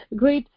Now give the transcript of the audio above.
great